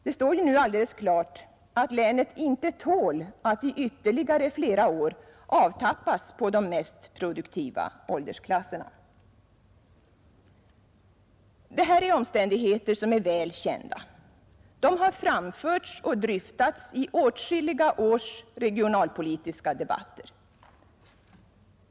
Det står ju nu alldeles klart att länet inte tål att i ytterligare flera år avtappas på de mest produktiva åldersklasserna. Det här är omständigheter som är väl kända. De har framförts och dryftats i åtskilliga års regionalpolitiska debatter.